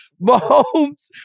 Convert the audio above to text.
Mahomes